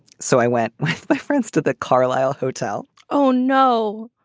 so i went with my friends to the carlyle hotel oh, no,